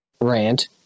rant